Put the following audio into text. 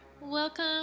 welcome